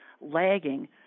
lagging